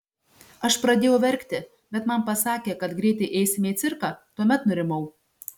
aš pradėjau verkti bet man pasakė kad greitai eisime į cirką tuomet nurimau